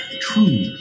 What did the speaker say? true